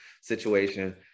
situation